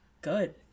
good